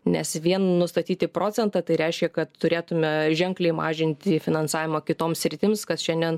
nes vien nustatyti procentą tai reiškia kad turėtume ženkliai mažinti finansavimą kitoms sritims kas šiandien